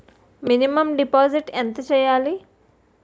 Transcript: Minimum deposit ఎంత చెయ్యాలి?